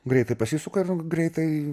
greitai pasisuka ir greitai